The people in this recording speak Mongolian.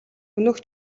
өнөөх